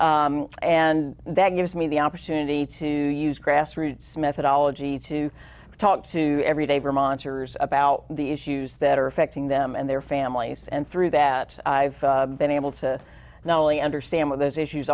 and that gives me the opportunity to use grassroots methodology to talk to every day vermonters about the issues that are affecting them and their families and through that i've been able to not only understand what those issues